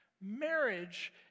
marriage